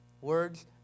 words